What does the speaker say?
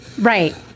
Right